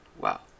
Wow